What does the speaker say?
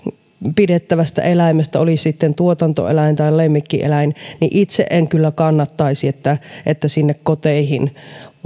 pidettävästä eläimestä oli sitten tuotantoeläin tai lemmikkieläin itse en kyllä kannattaisi sitä että sinne koteihin